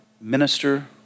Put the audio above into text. minister